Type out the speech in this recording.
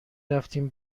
رفتیم